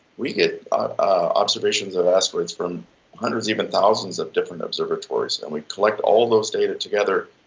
we get observations of asteroids from hundreds, even thousands of different observatories, and we collect all those data together,